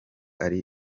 ari